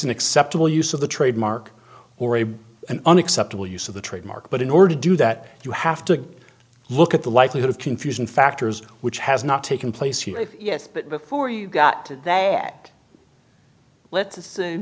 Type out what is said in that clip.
an acceptable use of the trademark or a and unacceptable use of the trademark but in order to do that you have to look at the likelihood of confusion factors which has not taken place here yet but before you got to that let's assume